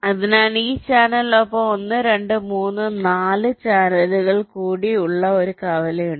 അതിനാൽ ഈ ചാനലിനൊപ്പം 1 2 3 4 ചാനലുകൾ കൂടി ഉള്ള ഒരു കവലയുണ്ട്